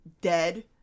dead